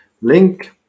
link